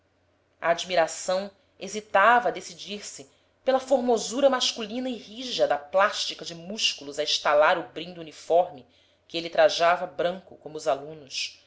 de atitudes a admiração hesitava a decidir-se pela formosura masculina e rija da plástica de músculos a estalar o brim do uniforme que ele trajava branco como os alunos